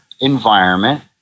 environment